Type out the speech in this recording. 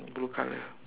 blue color